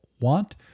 want